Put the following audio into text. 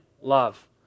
love